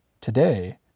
Today